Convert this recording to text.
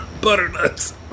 Butternuts